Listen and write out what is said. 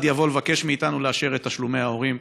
יבוא לבקש מאיתנו לאשר את תשלומי ההורים.